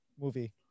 movie